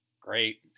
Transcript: great